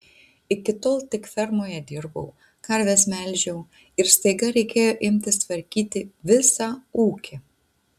iki tol tik fermoje dirbau karves melžiau ir staiga reikėjo imtis tvarkyti visą ūkį